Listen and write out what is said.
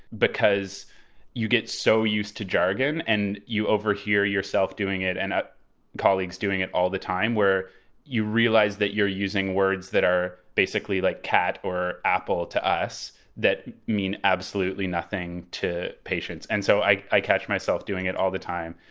because you get so used to jargon, and you overhear yourself doing it and colleagues doing it all the time where you realize that you're using words that are basically like cat or apple to us that mean absolutely nothing to the patients. and so i i catch myself doing it all the time.